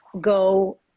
go